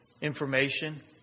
information